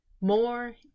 More